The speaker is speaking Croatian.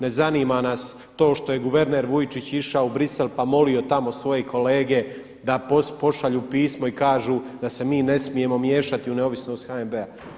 Ne zanima nas to što je guverner Vujčić išao u Bruxelles pa molio tamo svoje kolege da pošalju pismo i kažu da se mi ne smijemo miješati u neovisnost HNB-a.